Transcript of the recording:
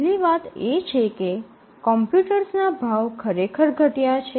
પહેલી વાત એ છે કે કોમ્પ્યુટર્સના ભાવ ખરેખર ઘટ્યા છે